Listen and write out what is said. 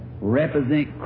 represent